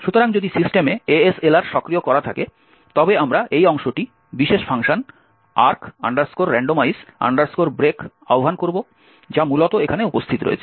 সুতরাং যদি সিস্টেমে ASLR সক্রিয় করা থাকে তবে আমরা এই অংশটি বিশেষ ফাংশন arch randomize break আহ্বান করব যা মূলত এখানে উপস্থিত রয়েছে